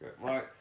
Right